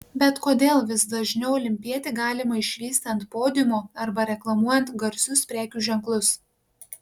bet kodėl vis dažniau olimpietį galima išvysti ant podiumo arba reklamuojant garsius prekių ženklus